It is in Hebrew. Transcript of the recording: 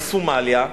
מסומליה,